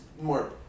more